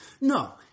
no